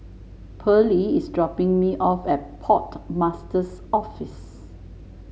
Pearly is dropping me off at Port Master's Office